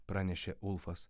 pranešė ulfas